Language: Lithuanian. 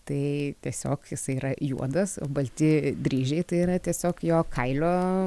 tai tiesiog jisai yra juodas o balti dryžiai tai yra tiesiog jo kailio